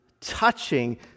touching